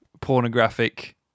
pornographic